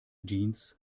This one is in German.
jeans